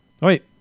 wait